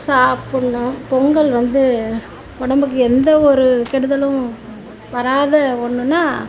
சாப்பாடுணு பொங்கல் வந்து உடம்புக்கு எந்த ஒரு கெடுதலும் வராத ஒன்றுனா